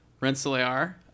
Rensselaer